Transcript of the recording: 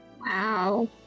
Wow